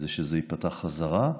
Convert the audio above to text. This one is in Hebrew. שזה ייפתח חזרה.